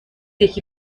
یکی